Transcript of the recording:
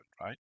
right